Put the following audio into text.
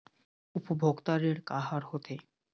उपभोक्ता ऋण का का हर होथे?